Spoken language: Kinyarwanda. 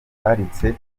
baretse